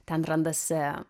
ten randasi